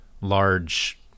large